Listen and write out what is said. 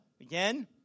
Again